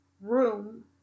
room